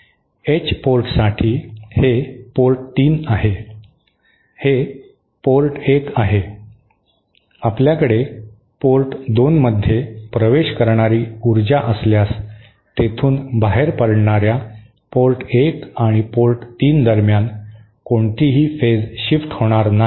H पोर्टसाठी हे port 3 आहे हे पोर्ट 1 आहे आपल्याकडे पोर्ट 2 मध्ये प्रवेश करणारी ऊर्जा असल्यास तेथून बाहेर पडणाऱ्या पोर्ट 1 आणि पोर्ट 3 दरम्यान कोणतीही फेज शिफ्ट होणार नाही